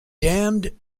dammed